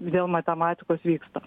dėl matematikos vyksta